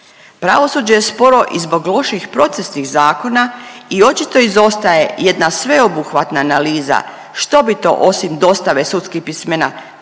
Pravosuđe je sporo i zbog loših procesnih zakona i očito izostaje jedna sveobuhvatna analiza što bi to osim dostave sudskih pismena trebali